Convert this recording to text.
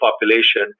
population